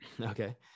Okay